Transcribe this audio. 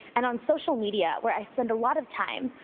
and on social media, where i spend a lot of time,